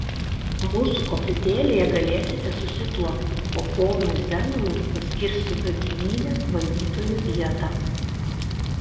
mūsų koplytėlėje galėsite susituokti o ponui zenonui paskirsiu dagilynės valdytojo vietą